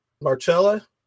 Marcella